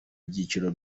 byiciro